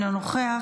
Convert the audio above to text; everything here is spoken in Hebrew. אינו נוכח.